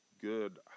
good